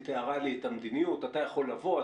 היא תיארה לי את המדיניות אתה יכול לבוא,